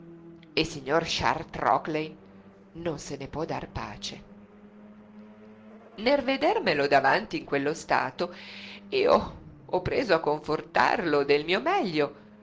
il signor charles trockley non se ne può dar pace nel vedermelo davanti in quello stato io ho preso a confortarlo del mio meglio